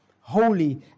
holy